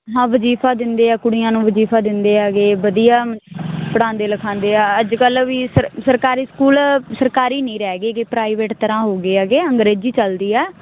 ਹਾਂ ਵਜ਼ੀਫਾ ਦਿੰਦੇ ਆ ਕੁੜੀਆਂ ਨੂੰ ਵਜ਼ੀਫਾ ਦਿੰਦੇ ਆਗੇ ਵਧੀਆ ਪੜਾਉਂਦੇ ਲਿਖਾਉਂਦੇ ਆ ਅੱਜ ਕੱਲ ਵੀ ਸਰ ਸਰਕਾਰੀ ਸਕੂਲ ਸਰਕਾਰੀ ਨਹੀਂ ਰਹਿ ਗਈ ਕਿ ਪ੍ਰਾਈਵੇਟ ਤਰ੍ਹਾਂ ਹੋ ਗਏ ਹੈਗੇ ਅੰਗਰੇਜ਼ੀ ਚੱਲਦੀ ਆ